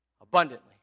Abundantly